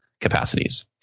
capacities